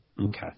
Okay